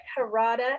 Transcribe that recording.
Harada